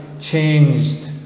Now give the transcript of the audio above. changed